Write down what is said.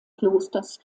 klosters